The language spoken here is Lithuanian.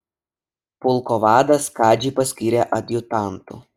pulko vadas kadžį paskyrė adjutantu